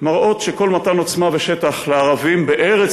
מראות שכל מתן עוצמה בשטח לערבים בארץ